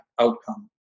outcome